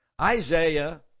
Isaiah